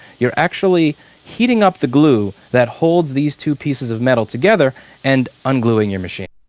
you're actually heating up the glue that holds these two pieces of metal together and unglueing your machine.